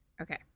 Okay